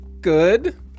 Good